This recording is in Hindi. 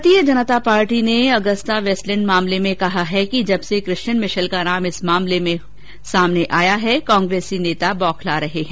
भारतीय जनता पार्टी ने ऑगस्टा वेस्टलैंड के मामले में कहा है कि जब से क्रिश्चियन मिशेल का इस मामले में प्रत्यर्पण हआ है कांग्रेसी नेता बौखला रहे है